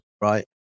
right